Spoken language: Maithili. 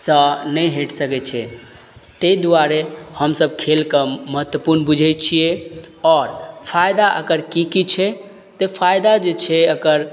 सँ नहि हटि सकय छै तै दुआरे हमसब खेलके महत्वपूर्ण बुझय छियै आओर फायदा एकर की की छै तऽ फायदा जे छै एकर